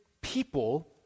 people